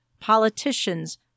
politicians